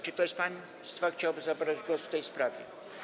Czy ktoś z państwa chciałby zabrać głos w tej sprawie?